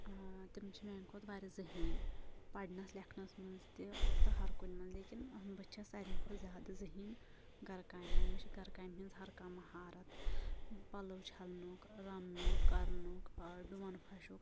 ٲں تِم چھِ میٛانہِ کھۄتہٕ واریاہ ذہیٖن پرنَس لیٚکھنَس منٛز تہِ تہٕ ہَر کُنہِ منٛز لیکن ٲں بہٕ چھیٚس ساروٕے کھۄتہٕ زیادٕ ذہیٖن گھرٕ کامہِ منٛز مےٚ چھِ گھرٕ کامہِ ہنٛز ہَر کانٛہہ مہارَت پَلوٚو چھَلنُک ٲں رَننُک کَرنُک ٲں ڈوَن پھَشُک